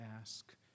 ask